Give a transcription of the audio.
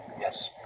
Yes